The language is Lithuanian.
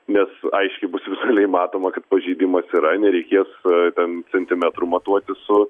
nes aiškiai bus vizualiai matoma kad pažeidimas yra nereikės ten centimetrų matuoti su